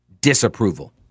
disapproval